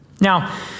Now